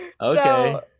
Okay